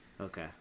Okay